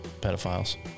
pedophiles